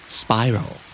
spiral